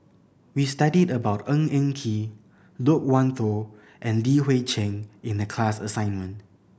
we studied about Ng Eng Kee Loke Wan Tho and Li Hui Cheng in the class assignment